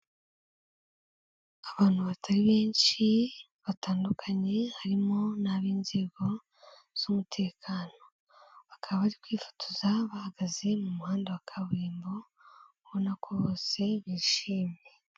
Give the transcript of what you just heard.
Abantu batari benshi batandukanye harimo nab'inzego z'umutekano, bakaba bari kwifotoza bahagaze mu muhanda wa kaburimbo ubona ko bose bishimye.